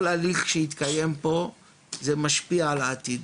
כל הליך שיתקיים פה זה משפיע על העתיד.